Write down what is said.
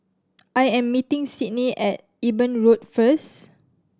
I am meeting Sydnie at Eben Road first